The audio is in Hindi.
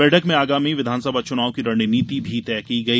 बैठक में आगामी विधानसभा चुनाव की रणनींति भी तय की गई